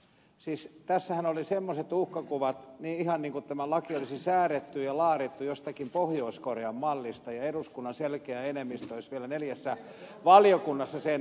siis tässähän oli semmoiset uhkakuvat että ihan niin kuin tämä laki olisi säädetty ja laadittu jostakin pohjois korean mallista ja eduskunnan selkeä enemmistö olisi vielä neljässä valiokunnassa sen hyväksynyt